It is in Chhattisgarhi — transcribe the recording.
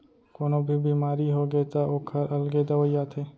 कोनो भी बेमारी होगे त ओखर अलगे दवई आथे